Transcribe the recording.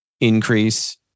increase